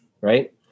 Right